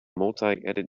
multiedit